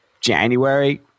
January